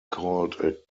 called